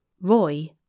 Roy